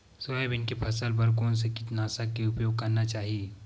Soybean के फसल बर कोन से कीटनाशक के उपयोग करना चाहि?